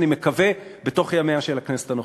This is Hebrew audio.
אני מקווה שבתוך ימיה של הכנסת הנוכחית.